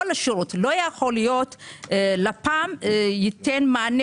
לא ייתכן שלפ"ם ייתן מענה